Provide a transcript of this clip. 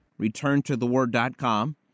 returntotheword.com